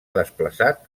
desplaçat